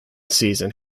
season